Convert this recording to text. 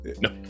No